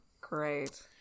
Great